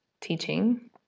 teaching